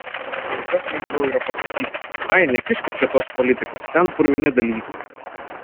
kur kas lengviau yra pasakyti ai nekiškit čia tos politikos ten purvini dalykai